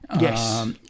Yes